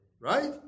right